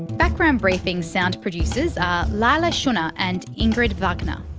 background briefing's sound producers are leila shunnar and ingrid wagner.